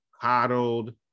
coddled